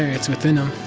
it's within em.